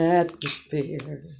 atmosphere